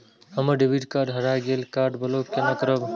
हमर debit card हरा गेल ये कार्ड ब्लॉक केना करब?